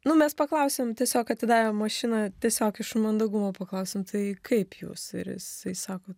nu mes paklausėm tiesiog atidavę mašiną tiesiog iš mandagumo paklausėm tai kaip jūs ir jisai sako